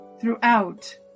throughout